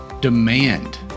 Demand